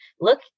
look